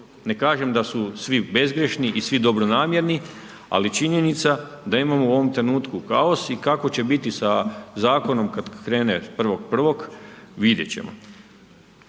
Ne kažem da su svi bezgrešni i da svi dobronamjerni ali činjenica da imamo u ovom trenutku kaos i kako će biti sa zakonom kad krene 1.1., vidjet ćemo.